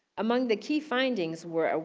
among the key findings were, ah